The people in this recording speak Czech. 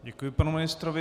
Děkuji panu ministrovi.